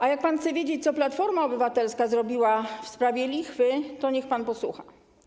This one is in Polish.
A jak pan chce wiedzieć, co Platforma Obywatelska zrobiła w sprawie lichwy, to niech pan posłucha.